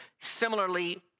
Similarly